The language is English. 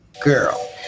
girl